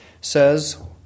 says